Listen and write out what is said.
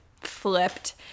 flipped